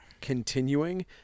continuing